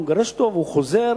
הוא מגרש אותו והוא חוזר.